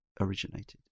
originated